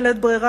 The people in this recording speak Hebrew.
בלית ברירה,